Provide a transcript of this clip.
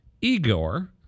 Igor